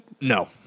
No